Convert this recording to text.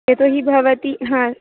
यतो हि भवती हा